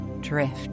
drift